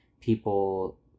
people